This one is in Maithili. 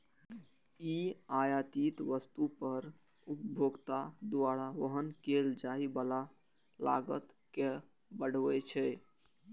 ई आयातित वस्तु पर उपभोक्ता द्वारा वहन कैल जाइ बला लागत कें बढ़बै छै